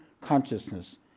consciousness